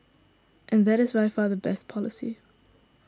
and that is by far the best policy